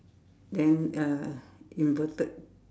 then uh inverted